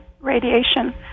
radiation